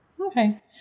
Okay